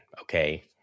okay